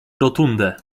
rotundę